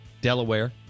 Delaware